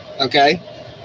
okay